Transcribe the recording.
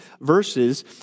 verses